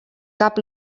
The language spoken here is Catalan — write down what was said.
cap